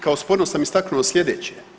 Kao sporno sam istaknuo sljedeće.